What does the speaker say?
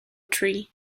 tree